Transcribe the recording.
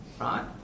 right